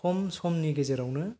खम समनि गेजेरावनो